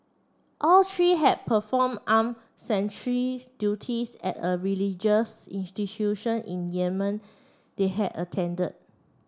all three had performed armed sentry duties at a religious institution in Yemen they had attended